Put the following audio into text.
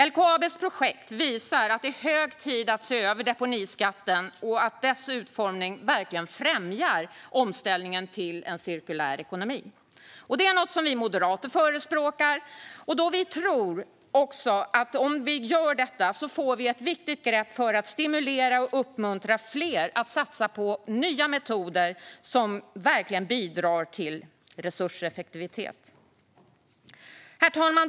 LKAB:s projekt visar att det är hög tid att se över deponiskatten så att dess utformning verkligen främjar omställningen till en cirkulär ekonomi. Det är något som vi moderater förespråkar då vi tror att detta kan vara ett viktigt grepp för att stimulera och uppmuntra fler att satsa på nya metoder som bidrar till resurseffektivitet. Herr talman!